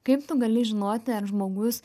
kaip tu gali žinoti ar žmogus